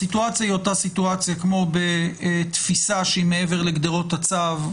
הסיטואציה היא אותה סיטואציה כמו בתפיסה שהיא מעבר לגדרות הצו.